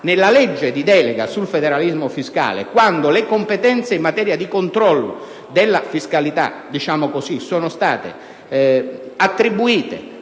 nella legge di delega sul federalismo fiscale (quando le competenze in materia di controllo della fiscalità sono state attribuite